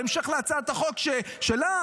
בהמשך להצעת החוק שלך,